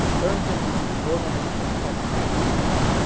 turns them into the ornament atop a sarcophagus.